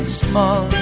small